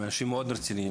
הם אנשים מאוד רציניים,